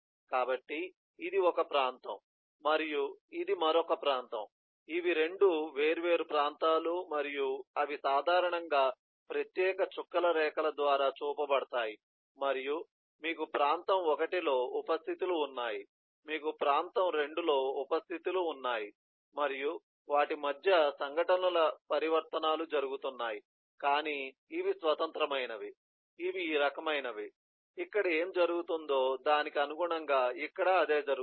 కాబట్టి ఇది ఒక ప్రాంతం మరియు ఇది మరొక ప్రాంతం ఇవి 2 వేర్వేరు ప్రాంతాలు మరియు అవి సాధారణంగా ప్రత్యేక చుక్కల రేఖల ద్వారా చూపబడతాయి మరియు మీకు ప్రాంతం 1 లో ఉప స్థితి లు ఉన్నాయి మీకు ప్రాంతం 2 లో ఉప స్థితి లు ఉన్నాయి మరియు వాటి మధ్య సంఘటనల పరివర్తనాలు జరుగుతున్నాయి కానీ ఇవి స్వతంత్రమైనవి ఇవి ఈ రకమైనవి ఇక్కడ ఏమి జరుగుతుందో దానికి అనుగుణంగా ఇక్కడ అదే జరుగుతుంది